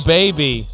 baby